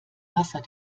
wasser